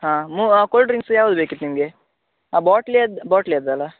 ಹಾಂ ಮು cold drinks ಯಾವುದು ಬೇಕಿತ್ತು ನಿಮಗೆ ಆ ಬಾಟ್ಲಿಯದ್ದು ಬಾಟ್ಲಿಯದ್ದಲ